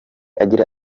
agira